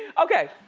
okay,